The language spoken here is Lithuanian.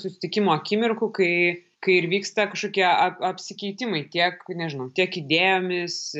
susitikimo akimirkų kai kai ir vyksta kažkokie apsikeitimai tiek nežinau kiek idėjomis